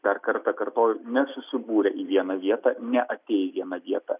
dar kartą kartoju nesusibūrę į vieną vietą neatėję į vieną vietą